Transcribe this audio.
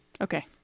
Okay